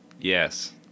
Yes